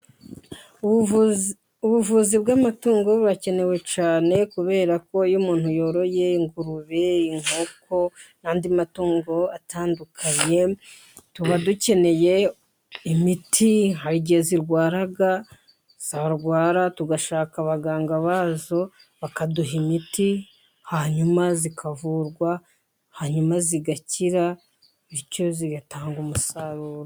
Ubuvuzi bw'amatungo burakenewe cyane, kubera ko iyo umuntu yoroye ingurube, inkoko n'andi matungo atandukanye tuba dukeneye imiti. Hari igihe zirwara, zarwara tugashaka abaganga bazo bakaduha imiti, hanyuma zikavurwa hanyuma zigakira bityo zigatanga umusaruro.